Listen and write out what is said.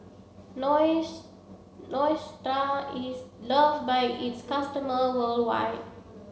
Neostrata is loved by its customer worldwide